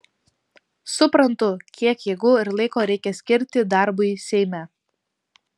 suprantu kiek jėgų ir laiko reikia skirti darbui seime